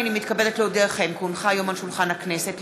הנני מתכבדת להודיעכם כי הונחה היום על שולחן הכנסת,